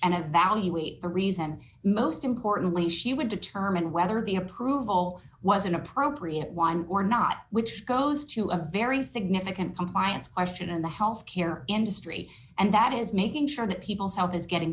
and evaluate the reason most importantly she would determine whether the approval was an appropriate one or not which goes to a very significant compliance question in the health care industry and that is making sure that people's health is getting